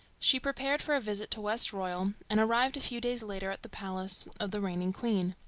she prepared for a visit to westroyal, and arrived a few days later at the palace of the reigning queen.